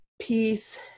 peace